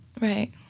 Right